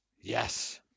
Yes